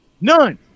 none